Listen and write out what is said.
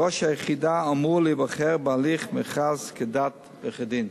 ראש היחידה אמור להיבחר בהליך מכרז כדת וכדין.